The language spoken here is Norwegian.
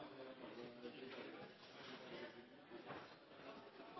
Det var